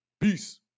Peace